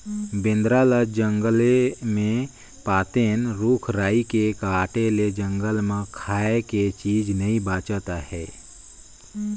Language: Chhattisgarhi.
बेंदरा ल जंगले मे पातेन, रूख राई के काटे ले जंगल मे खाए के चीज नइ बाचत आहे